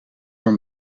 door